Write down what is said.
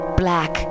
black